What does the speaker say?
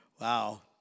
Wow